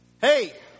Hey